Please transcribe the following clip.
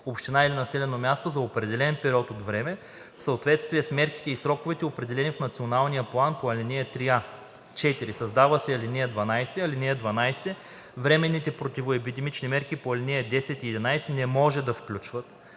община или населено място за определен период от време в съответствие с мерките и сроковете, определени в националния план по ал. 3а.“ 4. Създава се ал. 12: „(12) Временните противоепидемични мерки по ал. 10 и 11 не може да включват: